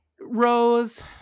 Rose